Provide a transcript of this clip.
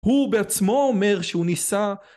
הוא בעצמו אומר שהוא ניסה